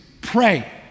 Pray